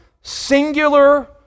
singular